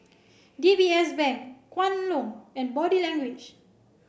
D B S Bank Kwan Loong and Body Language